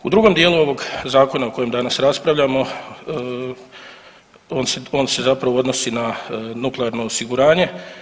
U drugom dijelu ovog Zakona o kojem danas raspravljamo, on se zapravo odnosi na nuklearno osiguranje.